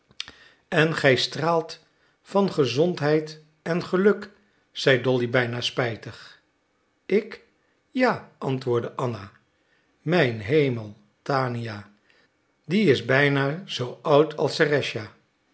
en gij straalt van gezondheid en geluk zei dolly bijna spijtig ik ja antwoordde anna mijn hemel tania die is bijna zoo oud als